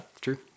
true